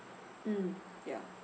mm ya